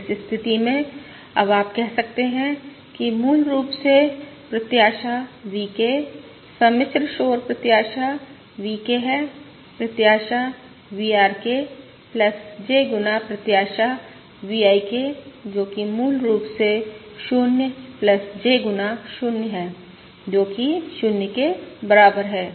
इस स्थिति में अब आप कह सकते हैं कि मूल रूप से प्रत्याशा VK सम्मिश्र शोर प्रत्याशा VK है प्रत्याशा VRK J गुना प्रत्याशा V IK जो कि मूल रूप से 0 J गुना 0 है जो कि 0 के बराबर है